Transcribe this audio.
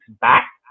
back